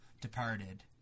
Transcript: departed